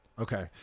Okay